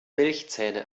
milchzähne